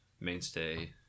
mainstay